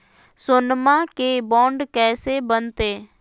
सोनमा के बॉन्ड कैसे बनते?